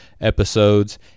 episodes